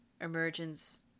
emergence